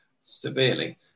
severely